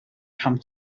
come